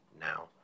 now